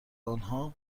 آنها